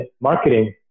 marketing